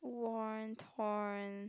wanton